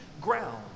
ground